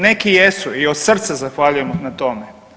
Neki jesu i od srca zahvaljujem na tome.